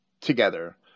together